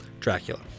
Dracula